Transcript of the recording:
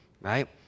right